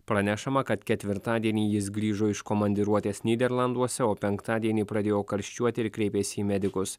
pranešama kad ketvirtadienį jis grįžo iš komandiruotės nyderlanduose o penktadienį pradėjo karščiuoti ir kreipėsi į medikus